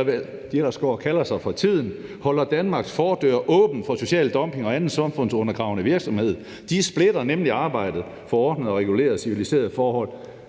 og hvad de ellers går og kalder sig for tiden, holder Danmarks fordør åben for social dumping og anden samfundsundergravende virksomhed, splitter de nemlig arbejdet for ordnede, regulerede og civiliserede forhold